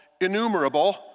innumerable